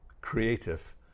creative